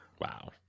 Wow